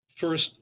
First